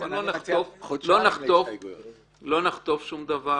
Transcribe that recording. לא נחטוף שום דבר,